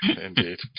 Indeed